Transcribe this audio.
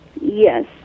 Yes